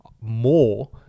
more